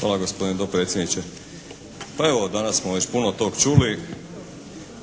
Hvala gospodine dopredsjedniče. Pa evo danas smo već puno toga čuli.